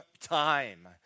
time